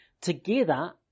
together